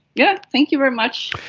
yeah thank you very much.